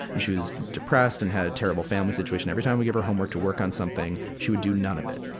and she was depressed and has a terrible family situation, every time i would give her homework to work on something, she would do none of it.